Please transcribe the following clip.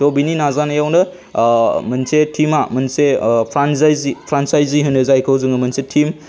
त' बिनि नाजानायावनो मोनसे टीमआ मोनसे फ्रानसाइजि होनो जायखौ जोङो मोनसे टीम